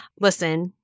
Listen